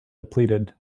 depleted